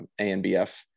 ANBF